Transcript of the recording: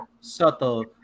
subtle